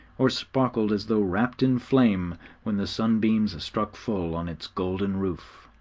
or sparkled as though wrapped in flame when the sunbeams struck full on its golden roof.